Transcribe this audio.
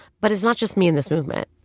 but it's not just me in this movement.